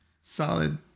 Solid